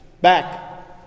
back